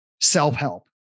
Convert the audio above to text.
self-help